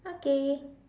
okay